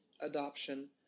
adoption